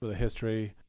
but history,